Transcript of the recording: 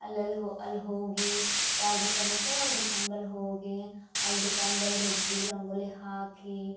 ಅಲ್ಲೆಲ್ಲ ಹೊ ಅಲ್ಲಿ ಹೋಗಿ ಯಾರ ದುಖಾನ್ ಇರ್ತದ ಅವ್ರು ದುಖಾನ್ ಬಲ್ ಹೋಗಿ ಅಲ್ಲಿ ದುಖಾನ್ ಬಲ್ ದೊಡ್ಡದು ರಂಗೋಲಿ ಹಾಕಿ